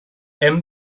hem